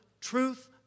truth